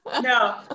No